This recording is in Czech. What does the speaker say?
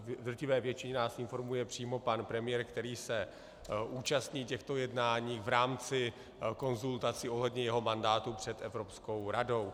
V drtivé většině nás informuje přímo pan premiér, který se účastní těchto jednání v rámci konzultací ohledně svého mandátu před Evropskou radou.